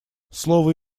слово